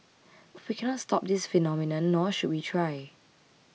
but we cannot stop this phenomenon nor should we try